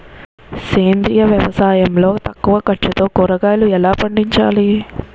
సేంద్రీయ వ్యవసాయం లో తక్కువ ఖర్చుతో కూరగాయలు ఎలా పండించాలి?